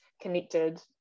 connected